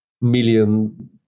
million